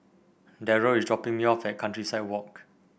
Derrell is dropping me off at Countryside Walk